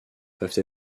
peuvent